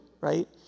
Right